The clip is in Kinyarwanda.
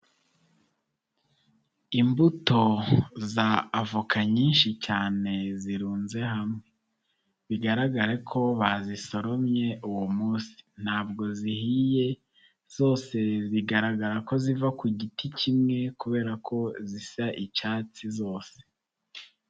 Imbuto za avoka nyinshi cyane zirunze hamwe. Bigaragare ko bazisoromye uwo munsi. Ntabwo zihiye, zose zigaragara ko ziva ku giti kimwe kubera ko zisa icyatsi zose.